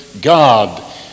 God